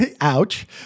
Ouch